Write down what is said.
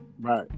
Right